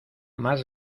más